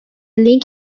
link